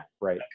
right